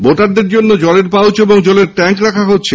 ভোটারদের জন্য জলের পাউচ ও জলের ট্যাঙ্ক রাখা হচ্ছে